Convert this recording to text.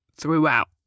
throughout